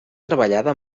treballada